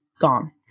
gone